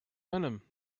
venom